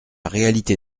réalité